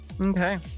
Okay